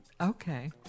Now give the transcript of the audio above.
Okay